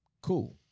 Cool